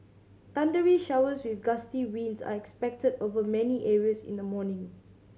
thundery showers with gusty winds are expected over many areas in the morning